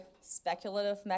speculative